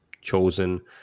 chosen